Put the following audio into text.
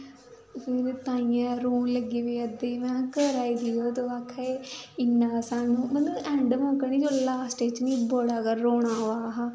ताइयें रोन लग्गी पे अद्धे महां करा दे केह् ओ ते ओह् आक्खा दे इ'यां गै सानूं मतलब ऐंड मौकै नी लास्ट च बड़ा गै रोन हा